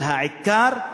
אבל העיקר,